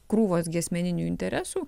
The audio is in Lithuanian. krūvos gi asmeninių interesų